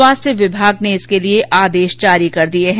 स्वास्थ्य विभाग ने इसके लिए आदेश जारी कर दिए हैं